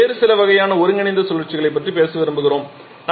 இப்போது வேறு சில வகையான ஒருங்கிணைந்த சுழற்சிகளைப் பற்றி பேச விரும்புகிறோம்